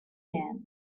end